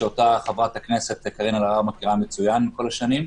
שאותו חברת הכנסת קארין אלהרר מכירה מצוין כל השנים.